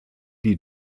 die